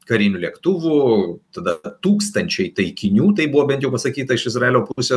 karinių lėktuvų tada tūkstančiai taikinių tai buvo bent jau pasakyta iš izraelio pusės